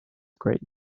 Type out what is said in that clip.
great